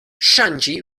ŝanĝi